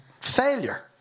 failure